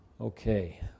Okay